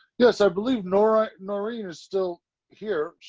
yes, i believe, nora nora is still here.